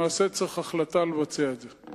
למעשה צריך החלטה לבצע את זה.